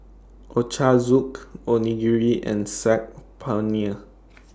Ochazuke Onigiri and Saag Paneer